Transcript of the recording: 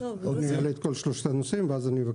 אני,